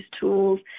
tools